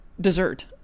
dessert